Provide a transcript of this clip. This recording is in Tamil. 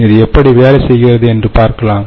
இது எப்படி வேலை செய்கிறது என்று பார்க்கலாம்